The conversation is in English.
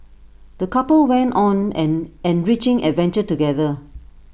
the couple went on an enriching adventure together